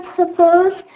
suppose